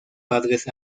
padres